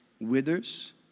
withers